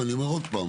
ואני אומר עוד פעם,